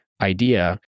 idea